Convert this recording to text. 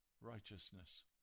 righteousness